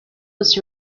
was